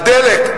בדלק,